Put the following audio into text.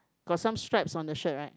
got some stripes on the shirt right